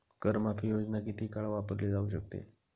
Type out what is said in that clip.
कर माफी योजना किती काळ वापरली जाऊ शकते?